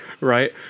right